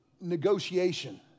negotiation